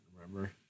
remember